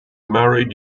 married